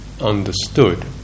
understood